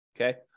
okay